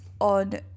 on